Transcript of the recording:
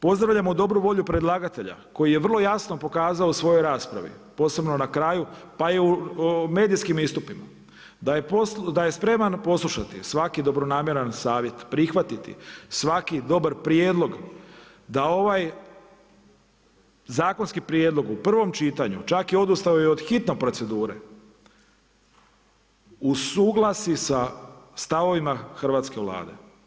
Pozdravljamo dobru volju predlagatelja koji je vrlo jasno pokazao u svojoj raspravi, pogotovo na kraju pa i u medijskim istupima da je spreman poslušati svaki dobronamjeran savjet, prihvatiti svaki dobar prijedlog da ovaj zakonski prijedlog u prvom čitanju, čak je odustao i od hitne procedure, usuglasi sa stavovima hrvatske Vlade.